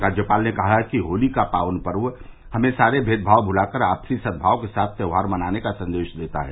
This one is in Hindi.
राज्यपाल ने कहा है कि होली का पावन पर्व हमें सारे भेद भाव भुलाकर आपसी सद्भाव के साथ त्योहार मनाने का संदेश देता है